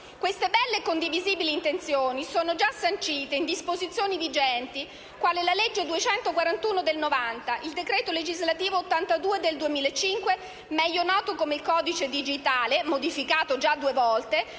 Queste belle e condivisibili intenzioni sono già sancite in disposizioni vigenti, quali la legge n. 241 del 1990, il decreto legislativo n. 82 del 2005, meglio noto come il codice digitale (modificato già due volte)